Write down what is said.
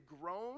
grown